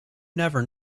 never